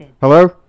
Hello